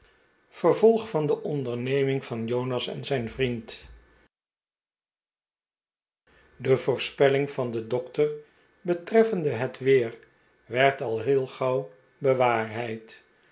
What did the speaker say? vervolg van de onderneming van jonas en zijn vriend de voorspelling van den dokter betreffende het weer werd al heel gauw bewaarheid